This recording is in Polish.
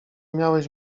miałeś